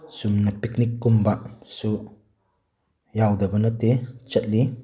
ꯆꯨꯝꯅ ꯄꯤꯛꯅꯤꯛ ꯀꯨꯝꯕꯁꯨ ꯌꯥꯎꯗꯕ ꯅꯠꯇꯦ ꯆꯠꯂꯤ